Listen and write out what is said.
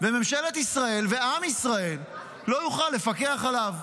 וממשלת ישראל ועם ישראל לא יוכלו לפקח עליו.